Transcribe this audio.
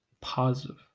positive